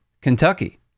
Kentucky